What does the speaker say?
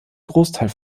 großteil